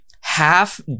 half